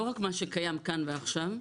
לא רק מה שקיים כאן ועכשיו,